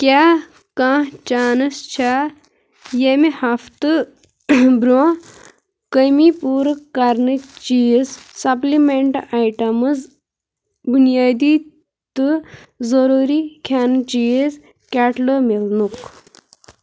کیٛاہ کانٛہہ چانٕس چھا ییٚمہِ ہفتہٕ برٛونٛہہ کٔمی پوٗرٕ کَرنٕچ چیٖز سَپلِمٮ۪نٛٹ آیٹَمٕز بُنیٲدی تہٕ ضروٗری کھٮ۪نہٕ چیٖز کیٹلہٕ میلنُک